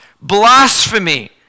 blasphemy